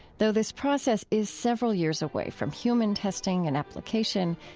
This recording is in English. though this process is several years away from human testing and application,